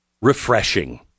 refreshing